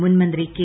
മുൻ മന്ത്രി കെ